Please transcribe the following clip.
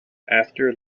after